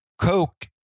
Coke